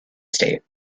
state